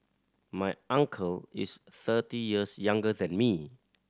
my uncle is thirty years younger than me